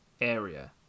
area